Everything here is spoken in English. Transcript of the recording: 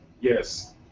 yes